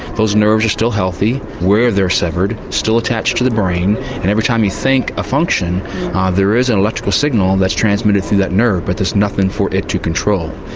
those nerves are still healthy, where they're severed, still attached to the brain and every time you think a function ah there is an electrical signal that's transmitted through that nerve but there's nothing for it to control.